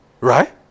right